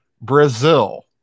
Brazil